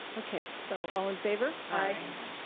okay, so all in favor? aye.